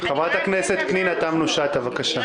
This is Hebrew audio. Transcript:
חברת הכנסת פנינה תמנו שטה בבקשה.